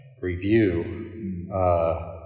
review